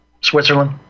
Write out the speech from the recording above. Switzerland